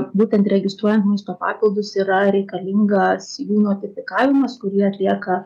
būtent registruojant maisto papildus yra reikalingas jų notifikavimas kurį atlieka